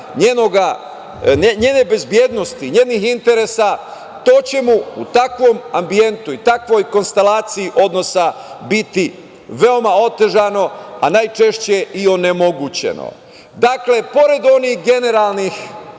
njene bezbednosti, njenih interesa, to će mu u takvom ambijentu i takvoj konstelaciji odnosa biti veoma otežano, a najčešće i onemogućeno. Dakle, pored onih generalnih